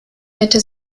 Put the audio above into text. mitte